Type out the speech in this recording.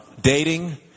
dating